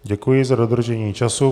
Děkuji za dodržení času.